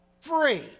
free